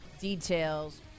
details